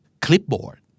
Clipboard